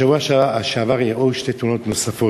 בשבוע שעבר אירעו שם שתי תאונות נוספות.